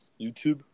YouTube